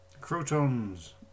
Crotons